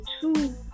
two